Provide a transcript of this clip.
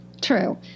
True